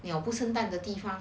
鸟不生蛋的地方